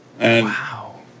Wow